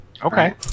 Okay